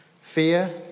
fear